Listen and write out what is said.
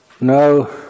No